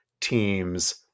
teams